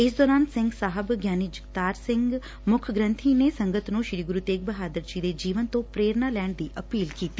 ਇਸ ਦੌਰਾਨ ਸਿਘ ਸਾਹਿਬ ਗਿਆਨੀ ਜਗਤਾਰ ਸਿੰਘ ਮੁੱਖ ਗ੍ਰੰਬੀ ਨੇ ਸੰਗਤ ਨੂੰ ਸ੍ਰੀ ਗੁਰੂ ਤੇਗ ਬਹਾਦਰ ਸਾਹਿਬ ਜੀ ਦੇ ਜੀਵਨ ਤੋਂ ਪੇਰਣਾ ਲੈਣ ਦੀ ਅਪੀਲ ਕੀਤੀ